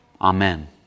Amen